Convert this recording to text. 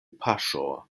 paŝo